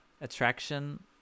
attraction